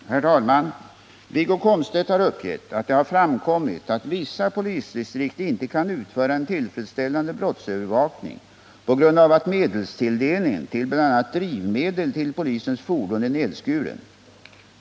234, och anförde: Herr talman! Wiggo Komstedt har uppgett att det har framkommit att vissa polisdistrikt inte kan utföra en tillfredsställande brottsövervakning på grund av att medelstilldelningen till bl.a. drivmedel till polisens fordon är nedskuren.